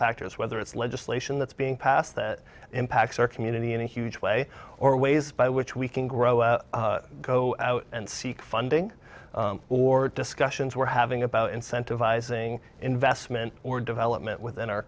factors whether it's legislation that's being passed that impacts our community in a huge way or ways by which we can grow go out and seek funding or discussions we're having about incentivizing investment or development within our